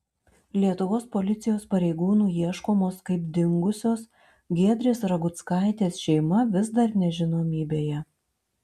lietuvos policijos pareigūnų ieškomos kaip dingusios giedrės raguckaitės šeima vis dar nežinomybėje